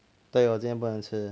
对 lor 今天不能吃